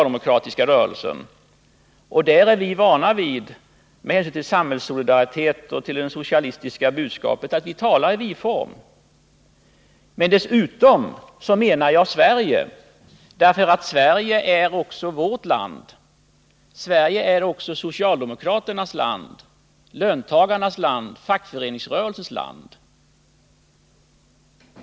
Där är vi vana vid — med hänsyn till solidariteten och det socialistiska budskapet — att tala i vi-form. Men dessutom avsåg jag vi svenskar eftersom Sverige också är vårt land. Sverige är också socialdemokraternas land, löntagarnas land, det fackliga folkets land.